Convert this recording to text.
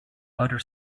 other